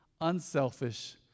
Unselfish